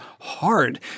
hard